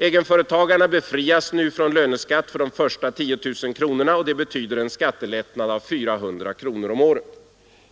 Egenföretagarna befrias nu från löneskatt för de första 10 000 kronorna av årsinkomsten. Det betyder en skattelättnad på 400 kronor om året.